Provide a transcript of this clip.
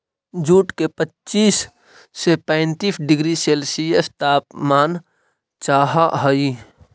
jute के पच्चीस से पैंतीस डिग्री सेल्सियस तापमान चाहहई